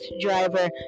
driver